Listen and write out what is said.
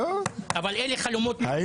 --- אבל אלה חלומות --- אני רוצה לומר שני דברים.